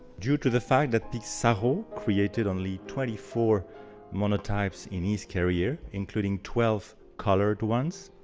due to the fact that pissarro created only twenty four monotypes in his career, including twelve colored ones,